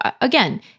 again